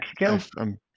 Mexico